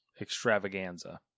extravaganza